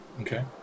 Okay